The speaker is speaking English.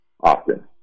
often